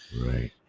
right